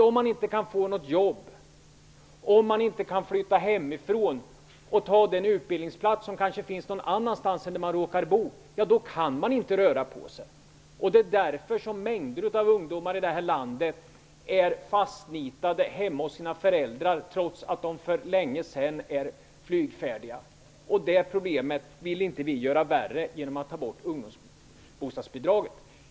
Om man inte kan få något jobb och inte kan flytta hemifrån för att ta den utbildningsplats som kanske finns någon annanstans än där man råkar bo, då kan man inte röra på sig. Det är därför mängder av ungdomar här i landet är fastnitade hemma hos sina föräldrar, trots att de för länge sedan varit flygfärdiga. Det problemet vill vi inte göra värre genom att ta bort ungdomsbostadsbidragen.